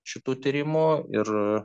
šitų tyrimų ir